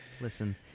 Listen